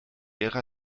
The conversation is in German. ära